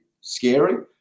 scary